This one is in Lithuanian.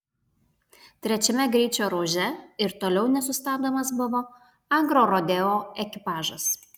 trečiame greičio ruože ir toliau nesustabdomas buvo agrorodeo ekipažas